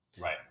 Right